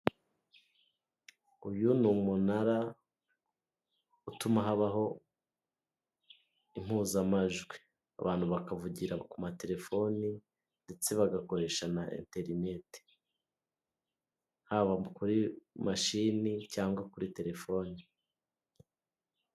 Uyu ni umunara utuma habaho impuzamajwi, abantu bakavugira ku materefone ndetse bagakoresha na eterinete, haba kuri mashini cyangwa kuri terefone.